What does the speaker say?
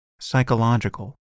psychological